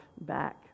back